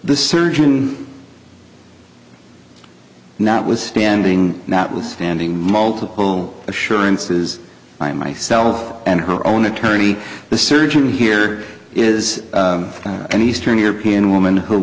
the surgeon not withstanding notwithstanding multiple assurances by myself and her own attorney the surgeon here is an eastern european woman who